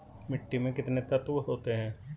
मिट्टी में कितने तत्व होते हैं?